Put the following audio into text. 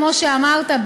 כמו שאמרת,